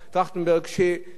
שקיבלה החלטות,